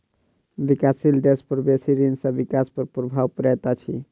विकासशील देश पर बेसी ऋण सॅ विकास पर प्रभाव पड़ैत अछि